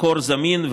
מקור זמין,